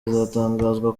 izatangazwa